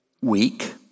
week